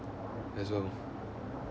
as well